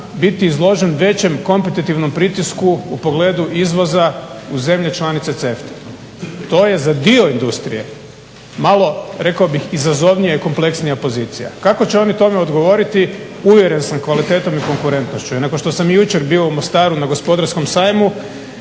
biti izložen većem kompetitivnom pritisku u pogledu izvoza u zemlje članice CEFTA-e. To je za dio industrije malo, rekao bih izazovnija i kompleksnija pozicija. Kako će oni tome odgovoriti, uvjeren sam kvalitetnom i konkurentnošću. I nakon što sam i jučer bio u Mostaru na gospodarskom sajmu